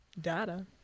data